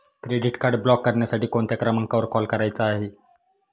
Credit card block करण्यासाठी कोणत्या क्रमांकावर कॉल करायचा आहे?